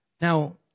Now